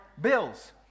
bills